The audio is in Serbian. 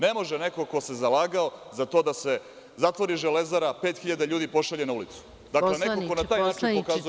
Ne može neko ko se zalagao za to da se zatvori „Železara“, a pet hiljada ljudi pošalje na ulicu, dakle neko ko na taj način pokazuje…